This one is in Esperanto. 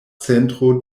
centro